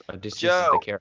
Joe